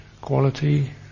quality